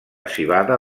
civada